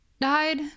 died